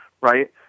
right